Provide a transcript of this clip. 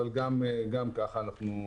אבל גם ככה נוכל לחיות עם זה.